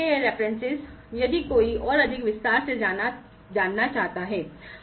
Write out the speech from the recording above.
ये संदर्भ यदि कोई और अधिक विस्तार से जानना चाहता है